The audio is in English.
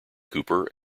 cooper